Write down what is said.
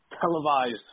televised